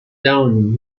down